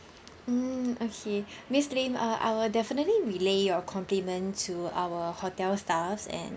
mm okay miss lim uh I will definitely relay your compliment to our hotel staffs and